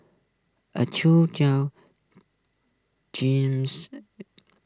A James